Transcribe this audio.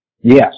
Yes